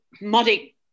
muddy